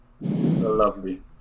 Lovely